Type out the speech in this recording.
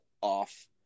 off